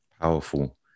Powerful